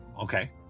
Okay